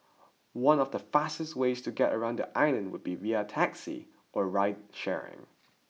one of the fastest ways to get around the island would be via taxi or ride sharing